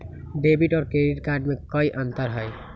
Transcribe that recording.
Debit और credit card में कई अंतर हई?